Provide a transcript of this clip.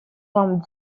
from